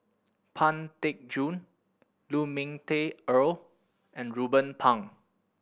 Pang Teck Joon Lu Ming Teh Earl and Ruben Pang